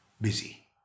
busy